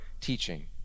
teaching